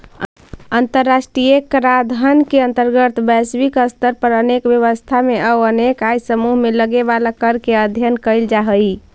अंतर्राष्ट्रीय कराधान के अंतर्गत वैश्विक स्तर पर अनेक व्यवस्था में अउ अनेक आय समूह में लगे वाला कर के अध्ययन कैल जा हई